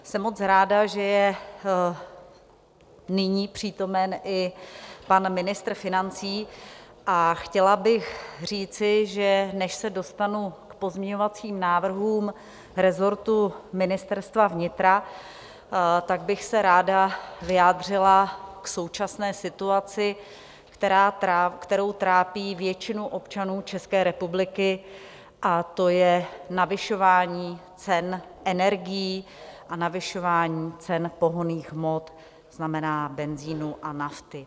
Jsem moc ráda, že je nyní přítomen i pan ministr financí, a chtěla bych říci, že než se dostanu k pozměňovacím návrhům resortu Ministerstva vnitra, tak bych se ráda vyjádřila k současné situaci, která trápí většinu občanů České republiky, a to je navyšování cen energií a navyšování cen pohonných hmot, to znamená benzinu a nafty.